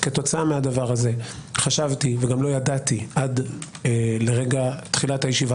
כתוצאה מהדבר הזה חשבתי וגם לא ידעתי עד תחילת הישיבה